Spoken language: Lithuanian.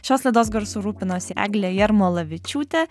šios laidos garsu rūpinosi eglė jarmolavičiūtė